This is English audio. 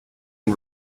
and